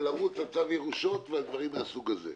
לרוץ להשיג צו ירושה ודברים מן הסוג הזה.